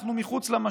אנחנו מחוץ למשבר.